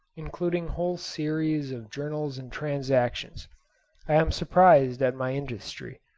including whole series of journals and transactions, i am surprised at my industry.